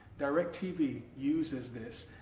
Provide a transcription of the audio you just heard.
direct tv uses this,